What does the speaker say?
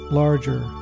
larger